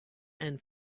and